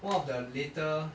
one of the later